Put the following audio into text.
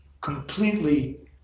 completely